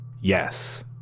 Yes